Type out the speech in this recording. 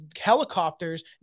helicopters